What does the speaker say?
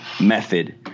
method